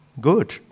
good